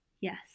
Yes